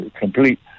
complete